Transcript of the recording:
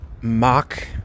mock